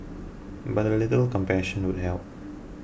but a little compassion would help